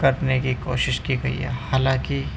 کرنے کی کوشش کی گئی ہے حالانکہ